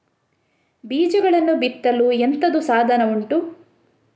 ಬೀಜಗಳನ್ನು ಬಿತ್ತಲು ಎಂತದು ಸಾಧನ ಉಂಟು?